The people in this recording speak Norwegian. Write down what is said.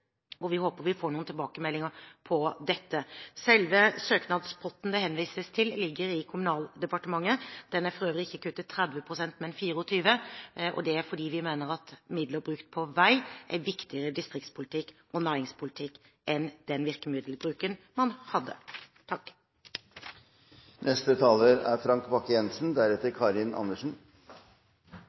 og vi håper vi får noen tilbakemeldinger på dette. Selve søknadspotten det henvises til, ligger i Kommunaldepartementet. Den er for øvrig ikke kuttet 30 pst., men 24 pst., og det er fordi vi mener at midler brukt på vei er viktigere distriktspolitikk og næringspolitikk enn den virkemiddelbruken man hadde.